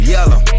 Yellow